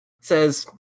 says